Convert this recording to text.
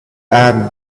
ann